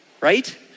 right